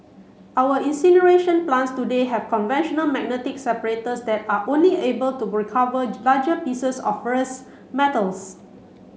our incineration plants today have conventional magnetic separators that are only able to recover larger pieces of ferrous metals